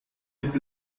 ist